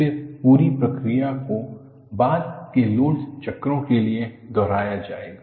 फिर पूरी प्रक्रिया को बाद के लोड चक्रों के लिए दोहराया जाएगा